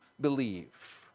believe